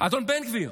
אדון בן גביר,